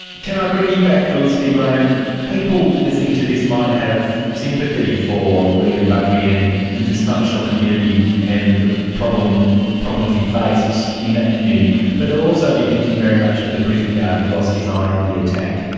can i bring you back, felicity graham people listening to this might have sympathy for william bugmy and the dysfunctional community and the problems he faced in that community, but they will also be thinking very much of the prison guard who lost his eye in the attack.